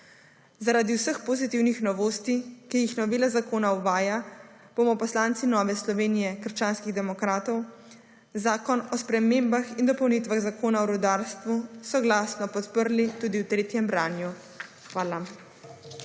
Zaradi vseh pozitivnih novosti, ki jih novela zakona uvaja bomo poslanci Nove Slovenije – krščanski demokrati zakon o spremembah in dopolnitvah zakona o rudarstvu soglasno podprli tudi v tretjem branju. Hvala.